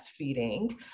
breastfeeding